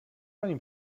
pani